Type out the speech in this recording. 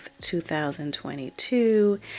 2022